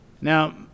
Now